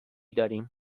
داریم